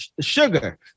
Sugar